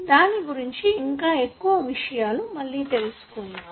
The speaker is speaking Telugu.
దాని గురించిన ఇంకా ఎక్కువ విషయాలు మళ్లీ తెలుసుకుందాము